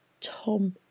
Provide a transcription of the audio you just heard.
Tom